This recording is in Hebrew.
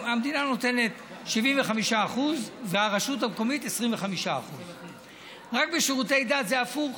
המדינה נותנת 75% והרשות המקומית 25%. רק בשירותי דת זה הפוך: